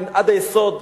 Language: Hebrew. עד היסוד,